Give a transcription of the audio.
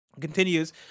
Continues